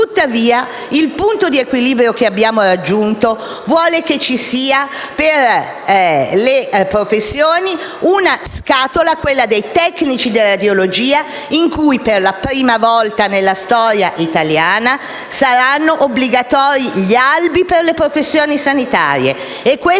Tuttavia, il punto di equilibrio che abbiamo raggiunto vuole che ci sia per tali professioni una "scatola", quella dei tecnici di radiologia, in cui, per la prima volta nella storia italiana, saranno obbligatoriamente previsti gli albi di queste professioni sanitarie.